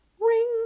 Ring